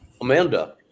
Amanda